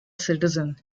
citizen